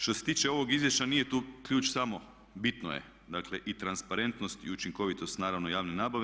Što se tiče ovog izvješća nije tu ključ samo bitno je, dakle i transparentnost i učinkovitost naravno javne nabave.